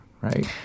right